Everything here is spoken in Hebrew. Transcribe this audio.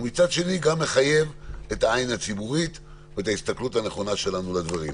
ומצד שני מחייב גם את העין הציבורית ואת ההסתכלות הנכונה שלנו לדברים.